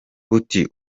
buti